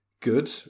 Good